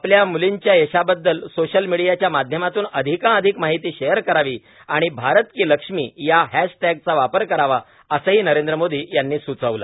आपल्या मूलींच्या यशाबददल सोशल मीडियाच्या माध्यमातून अधिकाधिक माहिती शेअर करावी आणि भारत की लक्ष्मी या हॅशटॅगचा वापर करावा असंही नरेंद्र मोदी यांनी सूचवलं